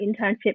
internship